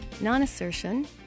non-assertion